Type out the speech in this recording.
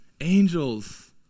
Angels